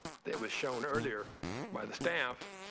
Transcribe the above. that was shown earlier by the staff.